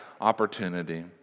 opportunity